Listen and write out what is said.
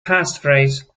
passphrase